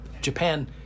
Japan